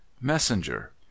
messenger